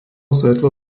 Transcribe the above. svetlo